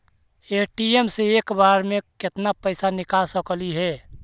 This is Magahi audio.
ए.टी.एम से एक बार मे केत्ना पैसा निकल सकली हे?